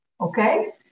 okay